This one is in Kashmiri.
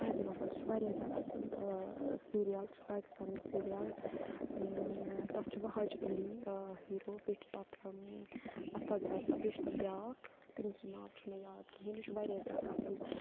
احدِ وفا سُہ چھُ واریاہ زیادٕ اَصٕل سیٖریَل چھُ پاکِستان سیٖریَل تَتھ چھُ وَہاج علی ہیٖرو بیٚیہِ چھُ تَتھ اَصد رَزا بیٚیہِ چھُ تَتھ بیٛاکھ تٔمۍ سُنٛد ناو چھُنہٕ مےٚ یاد کِہیٖنۍ یہِ چھُ واریاہ زیادٕ اَصٕل